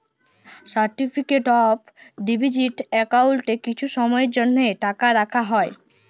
certificate of deposit একাউল্টে কিছু সময়ের জ্যনহে টাকা রাখা হ্যয়